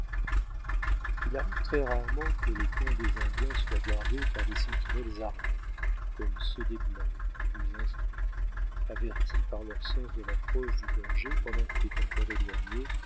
il arrive très rarement que les camps des indiens soient gardés par des sentinelles armées comme ceux des blancs plus instruits avertis par leurs sens de l'approche du danger pendant qu'il est encore éloigné